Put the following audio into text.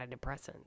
antidepressants